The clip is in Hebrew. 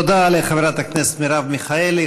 תודה לחברת הכנסת מרב מיכאלי.